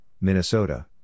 Minnesota